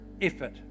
effort